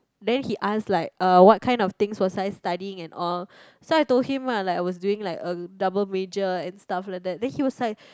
then he ask like uh what kind of things was I studying and all so I told him lah that I was doing like a double major and stuff like that then he was like